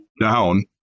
down